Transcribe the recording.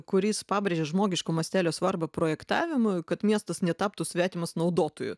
kuris pabrėžė žmogiško mastelio svarbą projektavimui kad miestas netaptų svetimas naudotoju